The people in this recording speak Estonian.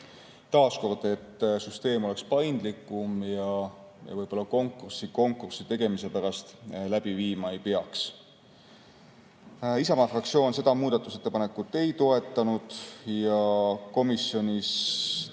Taas, selleks et süsteem oleks paindlikum ja konkurssi konkursi tegemise pärast läbi viima ei peaks. Isamaa fraktsioon seda muudatusettepanekut ei toetanud ja komisjonis tehti